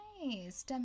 nice